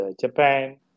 Japan